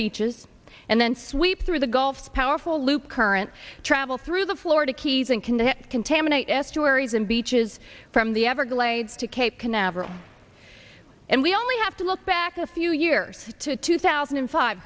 beaches and then sweep through the gulf powerful loop current travel through the florida keys and connect contaminate estuaries and beaches from the everglades to cape canaveral and we only have to look back a few years to two thousand and five